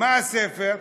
מה הספר?